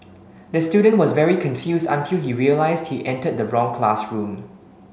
the student was very confused until he realised he entered the wrong classroom